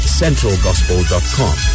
centralgospel.com